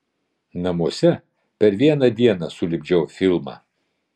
namuose per vieną dieną sulipdžiau filmą